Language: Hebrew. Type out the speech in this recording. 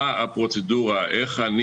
איך אני